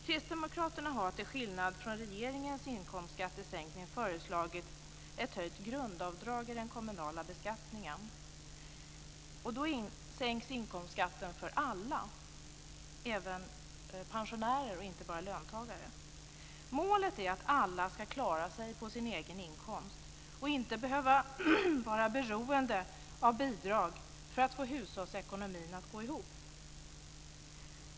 Kristdemokraterna har till skillnad från vad som gäller i regeringens inkomstskattesänkning föreslagit ett höjt grundavdrag i den kommunala beskattningen. Då sänks inkomstskatten för alla - även pensionärer och inte bara löntagare. Målet är att alla ska klara sig på sin egen inkomst och att ingen ska behöva vara beroende av bidrag för att få hushållsekonomin att gå ihop.